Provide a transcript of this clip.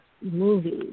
movies